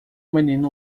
menino